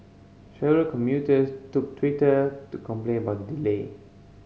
several commuters took Twitter to complain about the delay